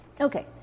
Okay